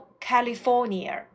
California